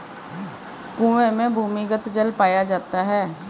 कुएं में भूमिगत जल पाया जाता है